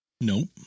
Nope